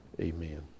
Amen